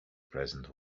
present